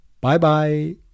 Bye-bye